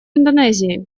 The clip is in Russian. индонезии